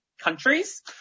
countries